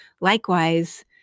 likewise